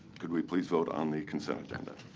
could we please vote on the consent and